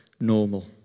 normal